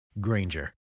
Granger